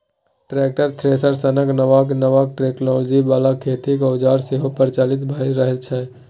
tractor, thresher सनक नबका नबका टेक्नोलॉजी बला खेतीक औजार सेहो प्रचलित भए रहल छै